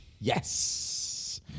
Yes